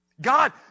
God